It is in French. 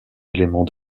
éléments